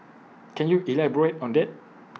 can you elaborate on that